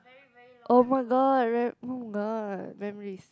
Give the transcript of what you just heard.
[oh]-my-god remember [oh]-my-god memories